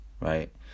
Right